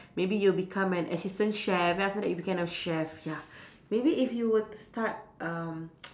maybe you become an assistant chef then after that you become a chef ya maybe if you were to start um